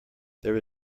there